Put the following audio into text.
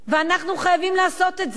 ואנחנו חייבים לעשות את זה.